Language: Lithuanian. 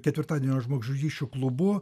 ketvirtadienio žmogžudysčių klubu